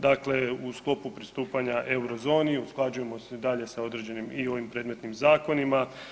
Dakle, u sklopu pristupanja euro zoni usklađujemo se dalje sa određenim i ovim predmetnim zakonima.